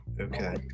Okay